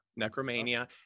necromania